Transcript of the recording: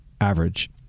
average